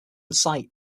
sight